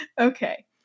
Okay